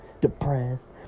depressed